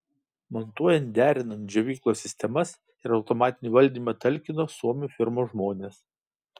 montuojant derinant džiovyklos sistemas ir automatinį valdymą talkino suomių firmos žmonės